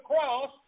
cross